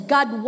God